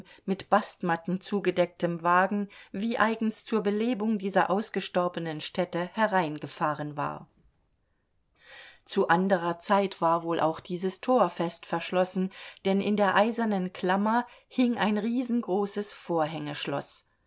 mit bastmatten zugedecktem wagen wie eigens zur belebung dieser ausgestorbenen stätte hereingefahren war zu anderer zeit war wohl auch dieses tor fest verschlossen denn in der eisernen klammer hing ein riesengroßes vorhängeschloß